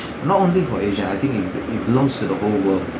not only for asia I think it b~ it belongs to the whole world